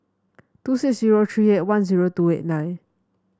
two six zero three eight one zero two eight nine